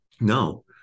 No